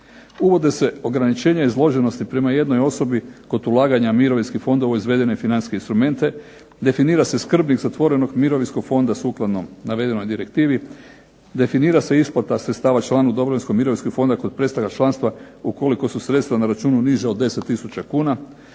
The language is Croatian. uvode se ograničenja izloženosti prema jednoj osobi kod ulaganja mirovinskih fondova u izvedene financijske instrumente, definira se skrbnik zatvorenog mirovinskog fonda sukladno navedenoj direktivi, definira se isplata sredstava članu dobrovoljnog mirovinskog fonda kod prestanka članstva ukoliko su sredstva na računu niža od 10 tisuća kuna,